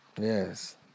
Yes